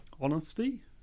Honesty